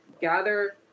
gather